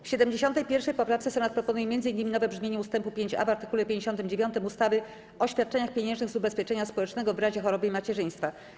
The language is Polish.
W 71. poprawce Senat proponuje m.in. nowe brzmienie ust. 5a w art. 59 ustawy o świadczeniach pieniężnych z ubezpieczenia społecznego w razie choroby i macierzyństwa.